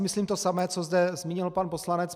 Myslím si to samé, co zde zmínil pan poslanec.